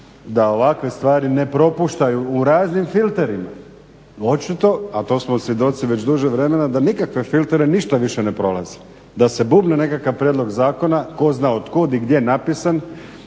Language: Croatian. da ovakve stvari ne propuštaju u raznim filterima. Očito, a to smo svjedoci već duže vremena da nikakve filtere ništa više ne prolazi, da se bubne nekakav prijedlog zakona tko zna otkud i gdje napisan,